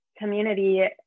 community